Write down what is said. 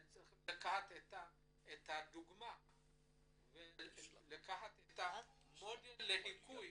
הם צריכים לקחת את הדוגמא ולקחת את המודל לחיקוי